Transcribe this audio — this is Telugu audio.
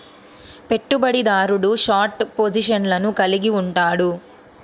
పెట్టుబడిదారుడు షార్ట్ పొజిషన్లను కలిగి ఉంటాడు